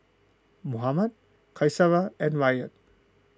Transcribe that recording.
Muhammad Qaisara and Ryan